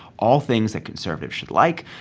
all things that conservatives should like.